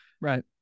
right